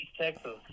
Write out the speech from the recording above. Texas